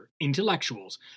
Intellectuals